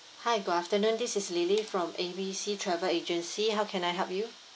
hi good afternoon this is lily from A B C travel agency how can I help you